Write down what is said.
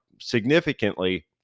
significantly